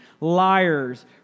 liars